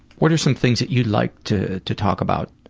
what are some things that you'd like to to talk about